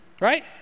Right